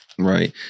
Right